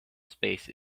space